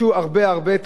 וזה המקום להודות לו.